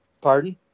pardon